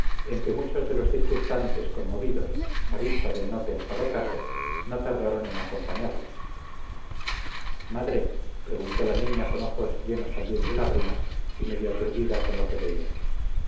en que muchos de los circunstantes conmovidos a vista del no pensado caso no tardaron en acompañarles madre preguntó la niña con ojos llenos también de lágrimas y medio aturdida con lo que veía